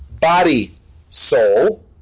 body-soul